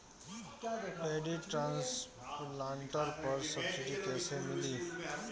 Paddy transplanter पर subsidy कैसे मिली?